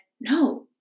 no